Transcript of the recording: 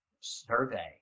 survey